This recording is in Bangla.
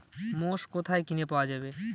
মোষ কোথায় কিনে পাওয়া যাবে?